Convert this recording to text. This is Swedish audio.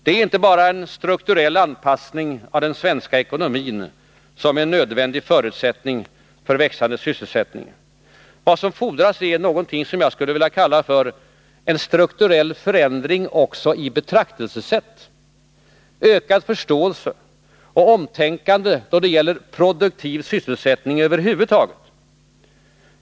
Det är inte bara en strukturell anpassning av den svenska ekonomin som är en nödvändig förutsättning för växande sysselsättning. Vad som fordras är någonting som jag skulle vilja kalla för en strukturell förändring också i betraktelsesätt, ökad förståelse och omtänkande då det gäller produktiv sysselsättning över huvud taget.